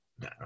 No